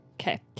Okay